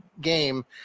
game